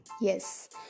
Yes